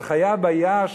אבל חיה ביער,